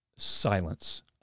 silence